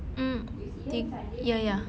mm tig~ ya ya